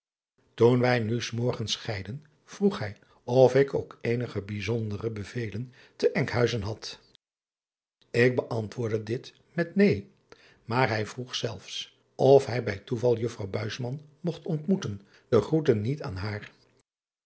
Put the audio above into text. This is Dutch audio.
oen wij nu s morgens scheidden vroeg hij of ik ook eenige bijzondere bevelen te nkhuizen had k beantwoordde dit met neen maar hij vroeg zelfs zoo hij bij toeval uffrouw mogt ontmoeten de groete niet aan haar